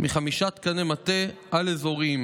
מחמישה תקני מטה על-אזוריים,